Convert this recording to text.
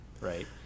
right